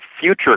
future